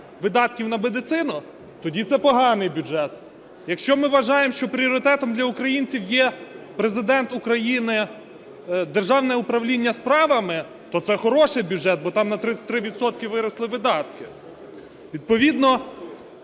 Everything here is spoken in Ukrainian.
видатків на медицину, тоді це поганий бюджет. Якщо ми вважаємо, що пріоритетом для українців є Президент України, Державне управління справами, то це хороший бюджет, бо там на 33 відсотки виросли видатки. Відповідно